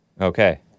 Okay